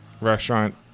restaurant